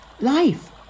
Life